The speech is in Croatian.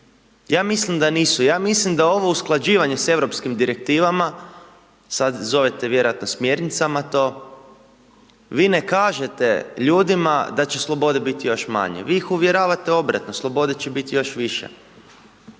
Ja mislim da nisu, ja mislim da ovo usklađivanje sa europskim direktivama, sada zovete vjerojatno smjernicama, to vi ne kažete ljudima da će slobode biti još manje, vi ih uvjeravate obratno, slobode će biti još više.